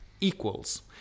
equals